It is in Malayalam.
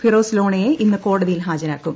ഫിറോസ് ലോണയെ ഇന്ന് കോടതിയിൽ ഹാജരാക്കും